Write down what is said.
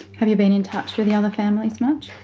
have you been in touch with the other families much?